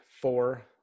four